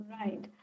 Right